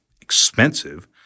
expensive